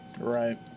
Right